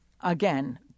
again